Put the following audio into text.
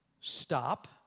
stop